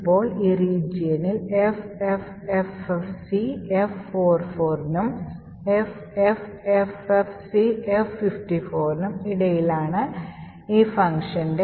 ഇപ്പോൾ ഈ regionൽ ffffcf44 നും ffffcf54 നും ഇടയിലാണ് ഈ ഫംഗ്ഷന്റെ